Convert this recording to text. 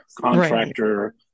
contractor